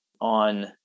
on